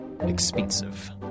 expensive